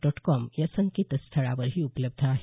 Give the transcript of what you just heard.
dot com या संकेतस्थळावरही उपलब्ध आहे